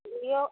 Vivo